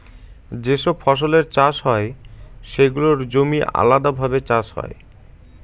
যে সব ফসলের চাষ হয় সেগুলোর জমি আলাদাভাবে চাষ হয়